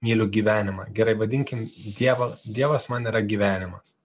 myliu gyvenimą gerai vadinkim dievą dievas man yra gyvenimas